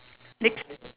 next